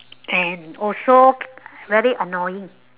and also very annoying